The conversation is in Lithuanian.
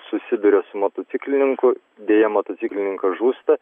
susiduria su motociklininku deja motociklininkas žūsta